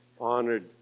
honored